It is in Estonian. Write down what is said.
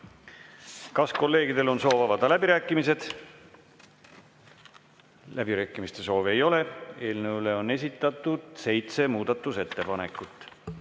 Kas kolleegidel on soovi avada läbirääkimised? Läbirääkimiste soovi ei ole. Eelnõu kohta on esitatud seitse muudatusettepanekut.